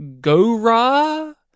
Gora